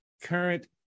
current